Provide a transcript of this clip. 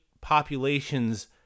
populations